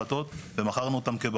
עוברת במערים בצורה חופשית.